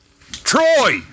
Troy